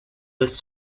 this